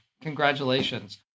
congratulations